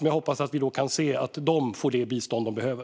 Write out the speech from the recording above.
Jag hoppas att vi kan se att de strandsatta där får det bistånd de behöver.